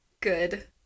Good